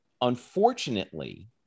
unfortunately